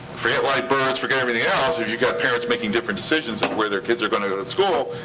forget live births, forget everything yeah else, if you've got parents making different decisions on where their kids are gonna go to school,